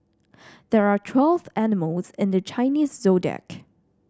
there are twelve animals in the Chinese Zodiac